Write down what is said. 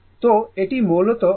তো এটি মূলত Im sinθ এর সমান